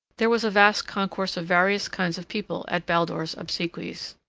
there was a vast concourse of various kinds of people at baldur's obsequies.